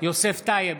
יוסף טייב,